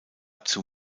zur